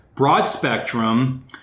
broad-spectrum